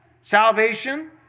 Salvation